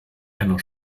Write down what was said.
einer